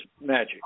magic